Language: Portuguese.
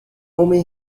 homem